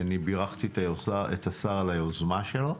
אני בירכתי את השר על היוזמה שלו.